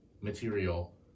material